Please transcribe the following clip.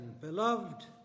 Beloved